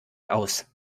aus